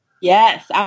yes